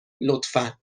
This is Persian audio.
لطفا